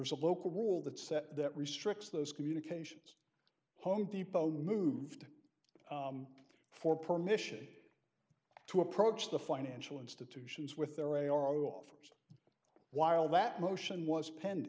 there's a local rule that set that restricts those communications home depot moved for permission to approach the financial institutions with their a r o offers while that motion was penn